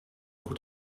goed